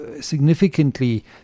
significantly